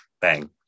bang